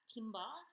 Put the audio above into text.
timber